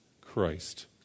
Christ